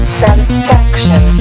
satisfaction